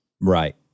Right